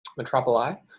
metropoli